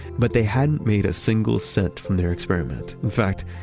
but they hadn't made a single cent from their experiment. in fact,